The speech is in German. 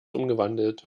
umgewandelt